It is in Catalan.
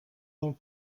del